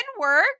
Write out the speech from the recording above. work